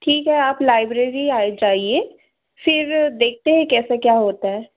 ठीक है आप लाइब्रेरी आ जाइए फ़िर देखते हैं कैसे क्या होता है